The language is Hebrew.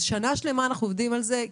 שנה שלמה אנו עובדים על זה.